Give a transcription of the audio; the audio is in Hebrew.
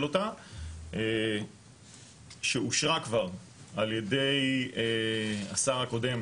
אותה שאושרה כבר על ידי השר הקודם